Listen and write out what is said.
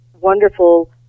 wonderful